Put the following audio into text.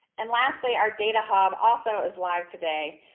and lastly, our data hub also is live today.